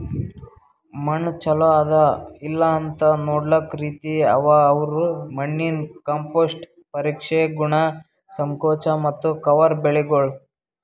ಮಣ್ಣ ಚಲೋ ಅದಾ ಇಲ್ಲಾಅಂತ್ ನೊಡ್ಲುಕ್ ರೀತಿ ಅವಾ ಅವು ಮಣ್ಣಿನ ಕಾಂಪೋಸ್ಟ್, ಪರೀಕ್ಷೆ, ಗುಣ, ಸಂಕೋಚ ಮತ್ತ ಕವರ್ ಬೆಳಿಗೊಳ್